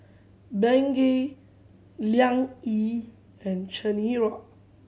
Bengay Liang Yi and Chanira